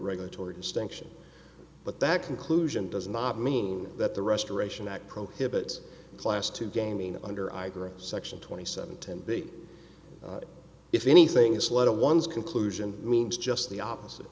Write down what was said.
regulatory distinction but that conclusion does not mean that the restoration act prohibits class two gaming under iger section twenty seven ten big if anything it's led to one's conclusion means just the opposite